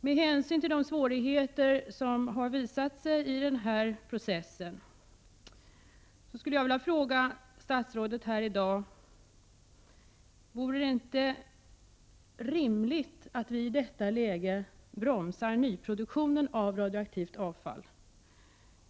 Med hänsyn till de svårigheter som dykt upp i den här processen skulle jag vilja fråga statsrådet: Vore det inte rimligt att vi i detta läge bromsar nyproduktionen av radioaktivt avfall?